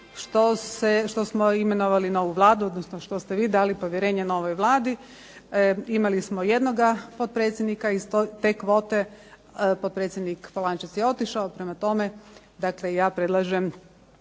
što smo imenovali novu Vladu, odnosno što ste vi dali povjerenje novoj Vladi, imali smo jednoga potpredsjednika iz te kvote. Potpredsjednik Polančec je otišao, prema tome dakle, ja predlažem